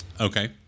okay